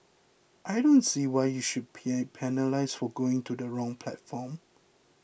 I don't see why you should be penalised for going to the wrong platform